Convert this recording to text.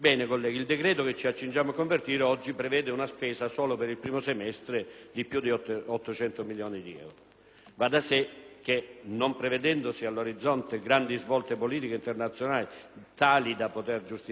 Va da sé che, non prevedendosi all'orizzonte grandi svolte politiche internazionali tali da poter giustificare una riduzione dei costi per le nostre missioni, sino a stare dentro - passatemi il termine - alla